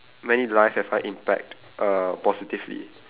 many lives have I impact err positively